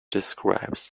describes